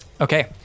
okay